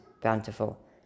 bountiful